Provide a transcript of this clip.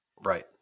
Right